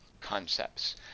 concepts